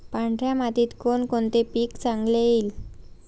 पांढऱ्या मातीत कोणकोणते पीक चांगले येईल?